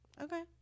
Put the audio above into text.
Okay